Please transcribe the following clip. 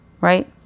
right